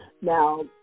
Now